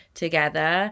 together